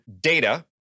data